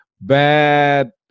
bad